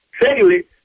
Secondly